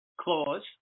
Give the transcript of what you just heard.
clause